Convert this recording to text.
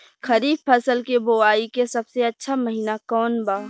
खरीफ फसल के बोआई के सबसे अच्छा महिना कौन बा?